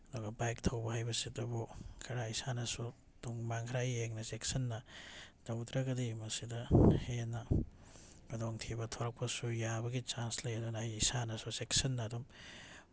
ꯑꯗꯨꯒ ꯕꯥꯏꯛ ꯊꯧꯕ ꯍꯩꯕꯁꯤꯗꯕꯨ ꯈꯔ ꯏꯁꯥꯅꯁꯨ ꯇꯨꯡ ꯃꯥꯡ ꯈꯔ ꯌꯦꯡꯅ ꯆꯦꯛꯁꯤꯟꯅ ꯊꯧꯗ꯭ꯔꯒꯗꯤ ꯃꯁꯤꯗ ꯍꯦꯟꯅ ꯈꯨꯗꯣꯡ ꯊꯤꯕ ꯊꯣꯔꯛꯄ ꯌꯥꯕꯒꯤ ꯆꯥꯟꯁ ꯂꯩ ꯑꯗꯨꯅ ꯑꯩ ꯏꯁꯥꯅꯁꯨ ꯆꯦꯛꯁꯤꯟꯅ ꯑꯗꯨꯝ